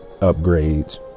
upgrades